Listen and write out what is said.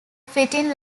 fitting